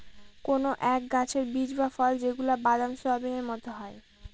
কোনো এক গাছের বীজ বা ফল যেগুলা বাদাম, সোয়াবিনের মতো হয়